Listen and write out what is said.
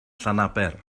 llanaber